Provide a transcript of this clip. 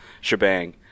shebang